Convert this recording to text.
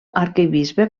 arquebisbe